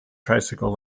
tricycle